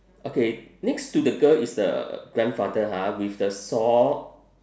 okay next to the girl is the grandfather ha with the saw